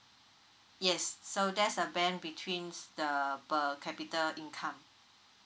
yes so that's the band between the per capita income